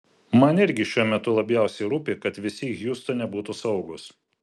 man irgi šiuo metu labiausiai rūpi kad visi hjustone būtų saugūs